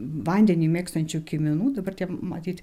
vandenį mėgstančių kiminų dabar matyt